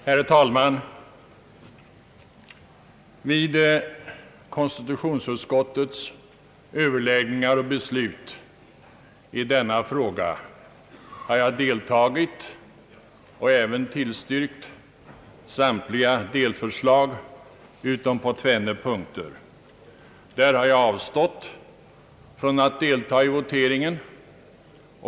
Herr talman! Vid konstitutionsutskottets överläggningar och beslut i denna fråga har jag deltagit och även tillstyrkt samtliga delförslag utom på bar avstått från att delta i voteringen.